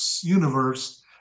universe